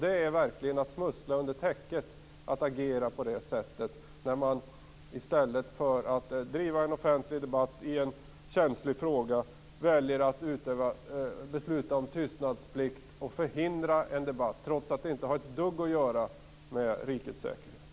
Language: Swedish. Det är verkligen att smussla under täcket att agera på det sättet. I stället för att driva en offentlig debatt i en känslig fråga väljer man att besluta om tystnadsplikt och förhindra debatt, trots att frågan inte har ett dugg med rikets säkerhet att göra.